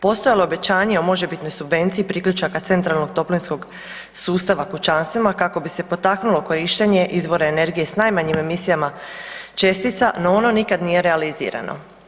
Postojalo je obećanje o možebitnoj subvenciji priključaka centralnog toplinskog sustava kućanstvima kako bi se potaknulo korištenje izvora energije s najmanjim emisijama čestica no ono nikad nije realizirano.